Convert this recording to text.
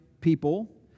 people